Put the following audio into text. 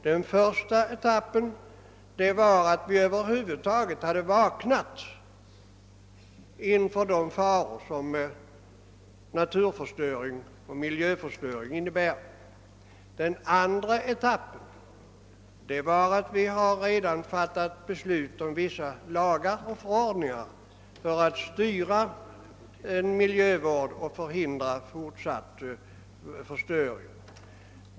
Den första etappen var att vi över huvud taget hade vaknat och fått upp ögonen inför de faror som naturförstöringen och miljöförstöringen innebär. Den andra etappen var att vi redan har fattat beslut om vissa lagar och förordningar för att styra miljövården och hindra fortsatt förstöring.